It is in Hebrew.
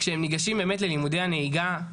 כשהם ניגשים באמת ללימודי הנהיגה,